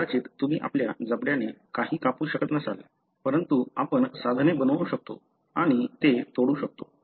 कदाचित तुम्ही आपल्या जबड्याने काहीही कापू शकत नसाल परंतु आपण साधने बनवू शकतो आणि ते तोडू शकतो